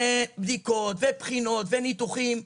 בדיקות, בחינות וניתוחים.